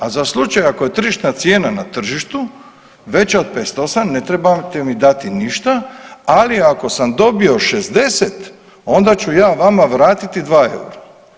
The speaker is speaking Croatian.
A za slučaj ako je tržišna cijena na tržištu veća od 58 ne trebate mi dati ništa, ali ako sam dobio 60 onda ću ja vama vratiti 2 eura.